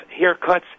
haircuts